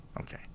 Okay